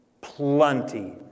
Plenty